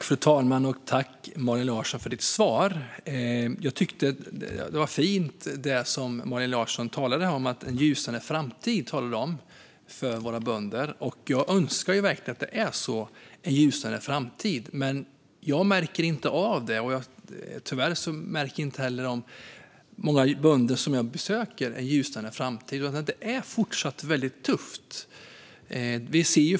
Fru talman! Jag tackar Malin Larsson för svaret. Malin Larsson talade om en ljusnande framtid för våra bönder. Jag tyckte att det var fint. Jag önskar verkligen en ljusnande framtid. Men jag märker inte av den. Tyvärr märker inte heller de många bönder som jag besöker en ljusnande framtid. Det är fortsatt väldigt tufft.